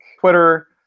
Twitter